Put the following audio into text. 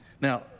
Now